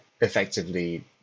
effectively